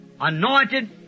anointed